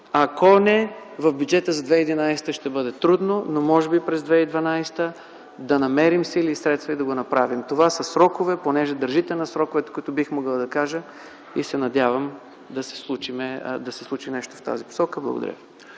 Ако не, в бюджета за 2011 г. ще бъде трудно, но може би през 2012 г. ще намерим сили и средства да го направим. Понеже държите на срокове, това са сроковете, които бих могъл да кажа и се надявам да се случи нещо в тази посока. Благодаря.